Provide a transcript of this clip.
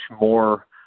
more